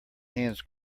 hands